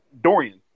Dorian